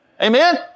Amen